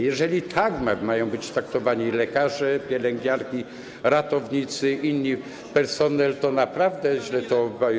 Jeżeli tak mają być traktowani lekarze, pielęgniarki, ratownicy i inny personel, to naprawdę źle to.